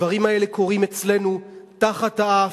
הדברים האלה קורים אצלנו תחת האף,